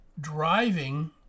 driving